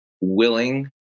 willing